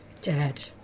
Dad